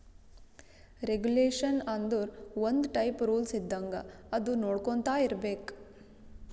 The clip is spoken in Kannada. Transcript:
ರೆಗುಲೇಷನ್ ಆಂದುರ್ ಒಂದ್ ಟೈಪ್ ರೂಲ್ಸ್ ಇದ್ದಂಗ ಅದು ನೊಡ್ಕೊಂತಾ ಇರ್ಬೇಕ್